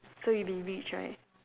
so you'll be rich right